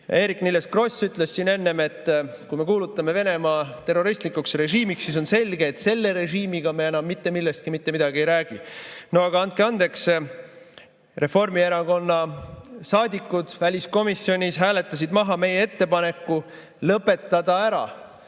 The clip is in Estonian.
Eerik-Niiles Kross ütles siin enne, et kui me kuulutame Venemaa terroristlikuks režiimiks, siis on selge, et selle režiimiga me enam mitte millestki mitte midagi ei räägi. No aga andke andeks, Reformierakonna saadikud väliskomisjonis hääletasid maha meie ettepaneku lõpetada ära